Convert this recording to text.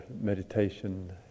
meditation